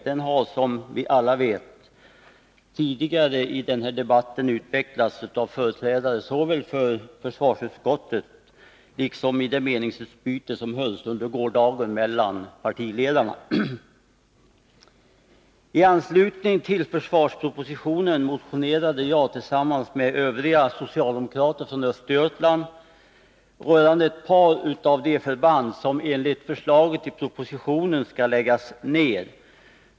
Den har, som vi alla vet, tidigare i denna debatt utvecklats av företrädare för försvarsutskottet liksom i meningsutbytet mellan partiledarna under gårdagen. I anslutning till försvarspropositionen motionerade jag tillsammans med övriga socialdemokrater från Östergötland rörande ett par av de förband som enligt förslaget i propositionen skall läggas ner.